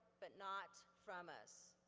but not from us.